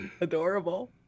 Adorable